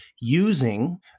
using